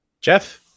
Jeff